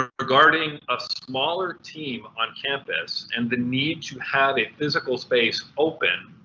ah regarding a smaller team on campus and the need to have a physical space open.